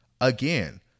Again